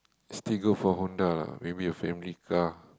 still go for Honda lah maybe a family car